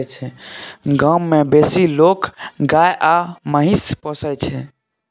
गाम मे बेसी लोक गाय आ महिष पोसय छै